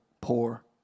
poor